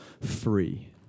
free